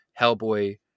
Hellboy